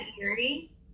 eerie